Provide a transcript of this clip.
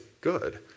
good